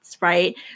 right